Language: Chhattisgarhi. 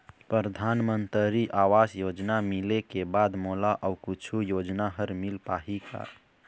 परधानमंतरी आवास योजना मिले के बाद मोला अऊ कुछू योजना हर मिल पाही का?